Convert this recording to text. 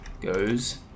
goes